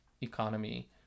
economy